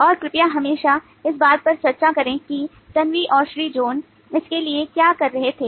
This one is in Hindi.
और कृपया हमेशा इस बात पर चर्चा करें कि तन्वी और श्रीजोनी इसके लिए क्या कर रहे थे